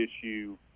issue